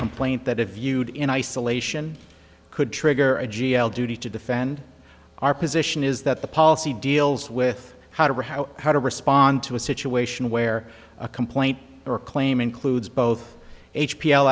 complaint that if viewed in isolation could trigger a g l duty to defend our position is that the policy deals with how to how how to respond to a situation where a complaint or a claim includes both h p l